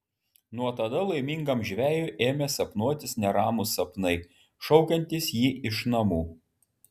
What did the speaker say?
nuo tada laimingam žvejui ėmė sapnuotis neramūs sapnai šaukiantys jį iš namų